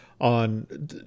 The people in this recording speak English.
on